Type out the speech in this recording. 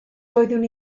doeddwn